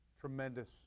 tremendous